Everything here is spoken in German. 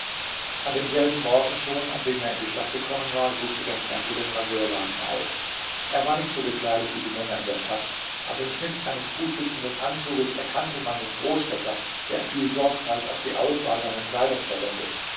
an demselben morgen schon an dem er in die stadt gekommen war suchte der fremde den raseurladen auf er war nicht so gekleidet wie die männer in der stadt an dem schnitt seines gutsitzenden anzuges erkannte man den großstädter der viel sorgfalt auf die auswahl seiner kleidung verwendet